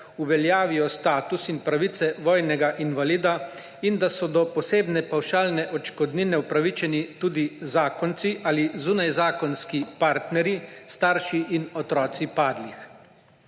uveljavijo status in pravice vojnega invalida in da so do posebne pavšalne odškodnine upravičeni tudi zakonci ali zunajzakonski partnerji, starši in otroci padlih.